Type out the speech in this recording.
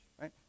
right